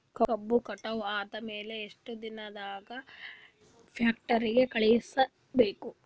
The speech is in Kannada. ಕಬ್ಬು ಕಟಾವ ಆದ ಮ್ಯಾಲೆ ಎಷ್ಟು ದಿನದಾಗ ಫ್ಯಾಕ್ಟರಿ ಕಳುಹಿಸಬೇಕು?